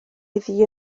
iddi